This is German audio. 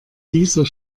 dieser